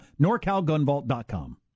NorCalGunvault.com